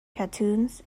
cartoons